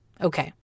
Okay